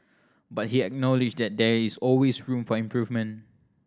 but he acknowledged that there is always room for improvement